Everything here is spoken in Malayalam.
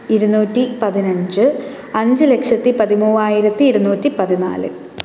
ഇരുന്നൂറ്റി പതിനഞ്ച് അഞ്ച് ലക്ഷത്തി പതിമൂവ്വായിരത്തി ഇരുന്നൂറ്റി പതിനാല്